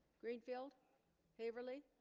greenfield haverly